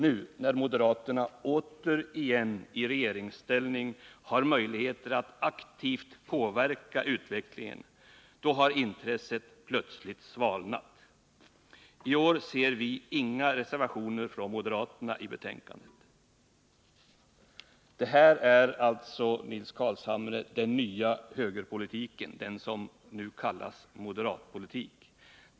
Nu, när moderaterna återigen i regeringsställning har möjligheter att aktivt påverka utvecklingen, då har intresset plötsligt svalnat. I år ser vi i betänkandet inga reservationer från moderaterna. Det här är alltså, Nils Carlshamre, den nya högerpolitiken, den som nu kallas moderatpolitik.